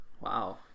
Wow